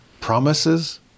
promises